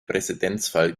präzedenzfall